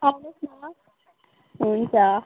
आउनुहोस् न हुन्छ